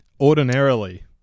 Ordinarily